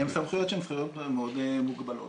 הן סמכויות שהן סמכויות מאוד מוגבלות.